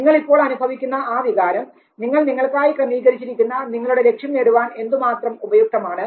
നിങ്ങൾ ഇപ്പോൾ അനുഭവിക്കുന്ന ആ വികാരം നിങ്ങൾ നിങ്ങൾക്കായി ക്രമീകരിച്ചിരിക്കുന്ന നിങ്ങളുടെ ലക്ഷ്യം നേടുവാൻ എന്തുമാത്രം ഉപയുക്തമാണ്